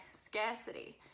scarcity